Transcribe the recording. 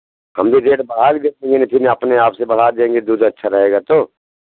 हम भी रेट बढ़ा कर देखेंगे नहीं फिर अपने आप से बढ़ा देंगे दूध अच्छा रहेगा तो